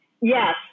yes